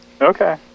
okay